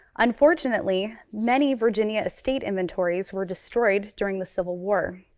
unfortunately, many virginia state inventories were destroyed during the civil war.